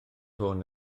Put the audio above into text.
hwn